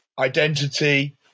identity